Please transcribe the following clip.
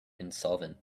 insolvent